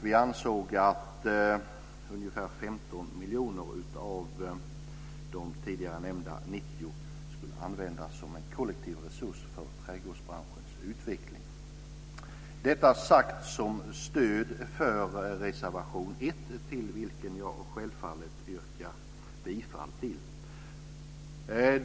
Vi anser att ungefär 15 miljoner av de tidigare nämnda 90 miljonerna ska användas som en kollektiv resurs för trädgårdsbranschens utveckling. Detta sagt som stöd för reservation 1 till vilken jag självfallet yrkar bifall.